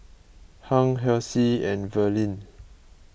Hung Halsey and Verlyn